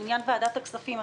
לעניין ועדת הכספים,